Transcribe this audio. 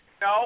No